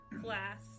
class